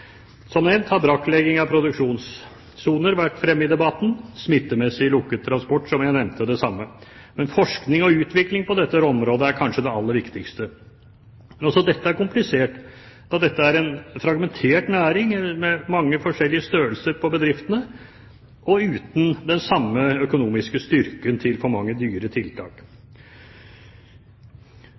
Som nevnt har brakklegging av produksjonssoner vært fremme i debatten, det har også smittemessig lukket transport, som jeg nevnte. Forskning og utvikling på dette området er kanskje det aller viktigste. Også dette er komplisert da dette er en fragmentert næring med mange forskjellige størrelser på bedriftene, uten den samme økonomiske styrken til mange dyre tiltak.